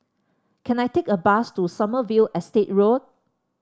can I take a bus to Sommerville Estate Road